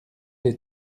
les